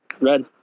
red